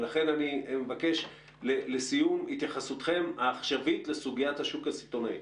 לכן אני מבקש לסיום התייחסותכם העכשווית לסוגיית השוק הסיטונאי.